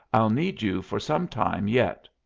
i'll need you for some time yet.